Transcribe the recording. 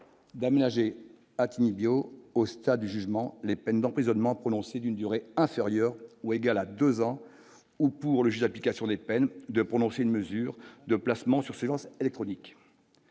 d'aménager Attigny bio au stade du jugement, les peines d'emprisonnement prononcées, d'une durée inférieure ou égale à 2 ans ou pour le juge d'application des peines de prononcer une mesure de placement sûr séquences électroniques,